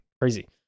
crazy